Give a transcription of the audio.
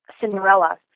Cinderella